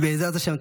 בעזרת השם.